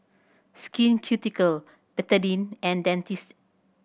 Skin Ceuticals Betadine and Dentiste